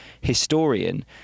historian